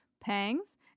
pangs